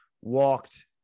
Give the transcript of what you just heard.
walked –